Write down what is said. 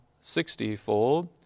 sixtyfold